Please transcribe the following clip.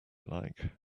like